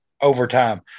overtime